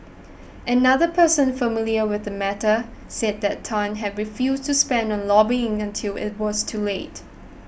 another person familiar with the matter said that Tan had refused to spend on lobbying until it was too late